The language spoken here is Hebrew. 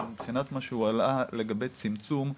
מבחינת מה שהועלה לגבי צמצום,